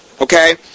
Okay